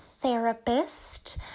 therapist